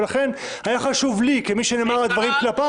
ולכן היה חשוב לי כמי שנאמרו דברים כלפיו